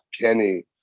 Kenny